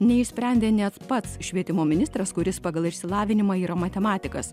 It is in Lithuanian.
neišsprendė net pats švietimo ministras kuris pagal išsilavinimą yra matematikas